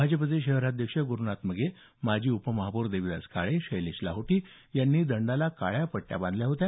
भाजपचे शहर अध्यक्ष गुरुनाथ मगे माजी उपमहापौर देवीदास काळे शैलेश लाहोटी यांनी दंडाला काळ्या पट्ट्या बांधल्या होत्या